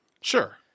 Sure